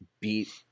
beat